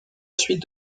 suite